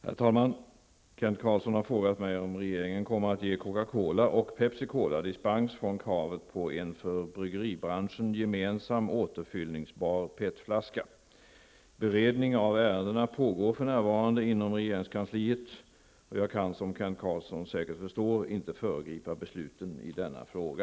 Herr talman! Kent Carlsson har frågat mig om regeringen kommer att ge Coca-Cola och Pepsi Beredning av ärendena pågår för närvarande inom regeringskansliet. Jag kan som Kent Carlsson säkert förstår inte föregripa besluten i denna fråga.